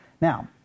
now